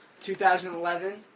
2011